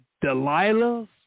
Delilahs